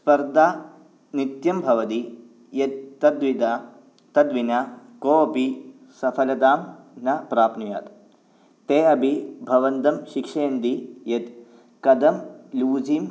स्पर्दा नित्यं भवति यद् तद्विधा तद्विना कोपि सफलतां न प्राप्नुयात् ते अपि भवन्तं शिक्षयन्ति यत् कथं लूजिं